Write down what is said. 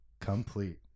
complete